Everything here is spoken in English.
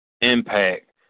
impact